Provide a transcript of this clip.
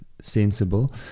sensible